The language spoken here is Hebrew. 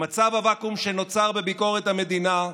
במצב הווקום שנוצר בביקורת המדינה,